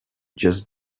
just